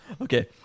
Okay